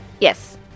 Yes